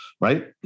right